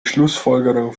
schlussfolgerung